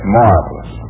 marvelous